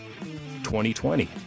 2020